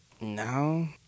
No